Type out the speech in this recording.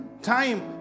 Time